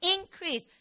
increase